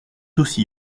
aussi